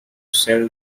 sell